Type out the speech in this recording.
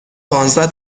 پانزده